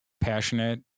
passionate